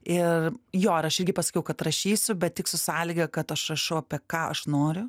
ir jo ir aš irgi pasakiau kad rašysiu bet tik su sąlyga kad aš rašau apie ką aš noriu